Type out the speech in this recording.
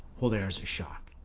well there's a shock.